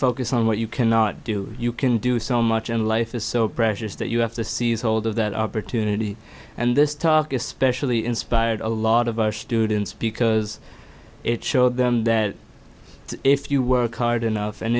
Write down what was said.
focus on what you cannot do you can do so much and life is so precious that you have to seize hold of that opportunity and this talk especially inspired a lot of our students because it showed them that if you work hard enough and